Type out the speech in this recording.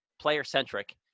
player-centric